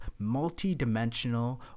multidimensional